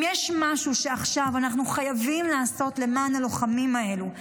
אם יש משהו שאנחנו חייבים לעשות עכשיו למען הלוחמים האלו,